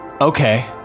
Okay